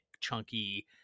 chunky